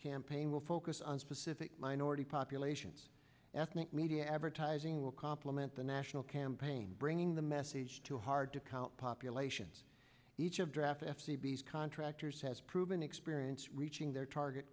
campaign will focus on specific minority populations ethnic media advertising will complement the national campaign bringing the message to hard to count populations each of draft f c b's contractors has proven experience reaching t